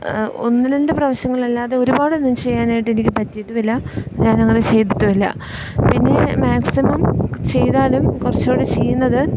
ഒന്ന് രണ്ട് പ്രാവശ്യങ്ങളിലല്ലാതെ ഒരുപാടൊന്നും ചെയ്യാനായിട്ട് എനിക്ക് പറ്റിയിട്ടുമില്ല ഞാനങ്ങനെ ചെയ്തിട്ടുമില്ല പിന്നെ മാക്സിമം ചെയ്താലും കുറച്ചുകൂടെ ചെയ്യുന്നത്